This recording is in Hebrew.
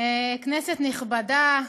תודה, כנסת נכבדה,